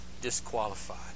disqualified